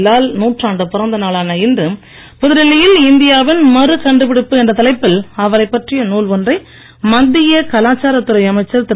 லால் நூற்றாண்டு பிறந்த நாளான இன்று புதுடில்லி யில் இந்தியா வின் மறு கண்டுபிடிப்பு என்ற தலைப்பில் அவரைப் பற்றிய நூல் ஒன்றை மத்திய காலாச்சார துறை அமைச்சர் திரு